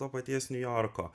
to paties niujorko